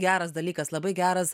geras dalykas labai geras